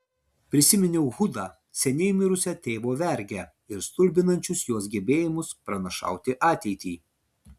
prisiminiau hudą seniai mirusią tėvo vergę ir stulbinančius jos gebėjimus pranašauti ateitį